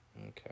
Okay